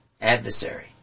adversary